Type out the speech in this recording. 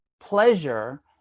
pleasure